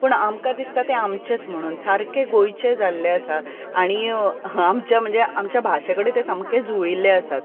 पूण आमकां दिसता ते आमचेच म्हणून सारके गोंयचे जाल्ले आसा आनी आमचे म्हणचे आमचे भाशे कडेन ते सामके जुळिल्ले आसात